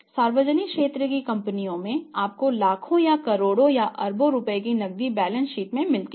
सार्वजनिक क्षेत्र की कंपनियों में आपको लाखों या करोड़ों या अरबों रुपये की नकदी बैलेंस शीट में मिलती है